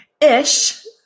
Ish